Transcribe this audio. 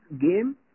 game